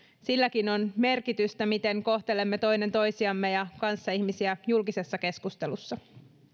silläkin on merkitystä miten kohtelemme toinen toisiamme ja kanssaihmisiä julkisessa keskustelussa